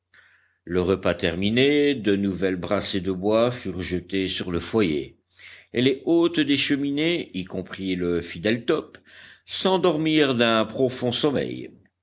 le repas terminé de nouvelles brassées de bois furent jetées sur le foyer et les hôtes des cheminées y compris le fidèle top s'endormirent d'un profond sommeil